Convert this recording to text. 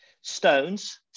Stones